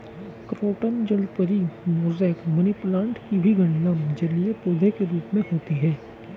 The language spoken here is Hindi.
क्रोटन जलपरी, मोजैक, मनीप्लांट की भी गणना जलीय पौधे के रूप में होती है